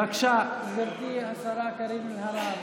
בבקשה, גברתי השרה קארין אלהרר.